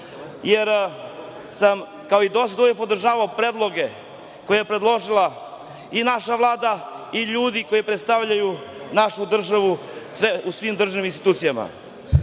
jer sam kao i do sada uvek podržavao predloge koje je predložila i naša Vlada i ljudi koji predstavljaju našu državu u svim državnim institucijama. Što